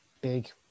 big